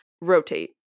rotate